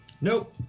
Nope